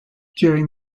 during